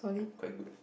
quite good